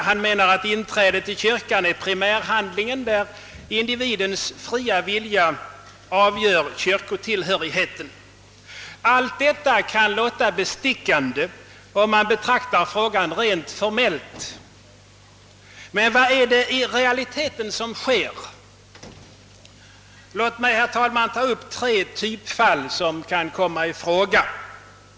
Han menar att inträdet i kyrkan är primärhandlingen, där individens fria vilja avgör kyrkotillhörigheten. Allt detta kan verka bestickande, om man betraktar frågan rent formellt. Men vad är det i realiteten som sker? Låt mig, herr talman, ta upp tre typfall som kan komma i fråga.